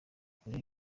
kure